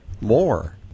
more